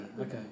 Okay